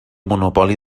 monopoli